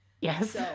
Yes